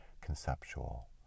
conceptual